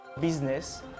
business